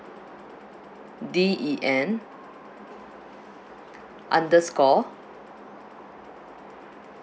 D E N underscore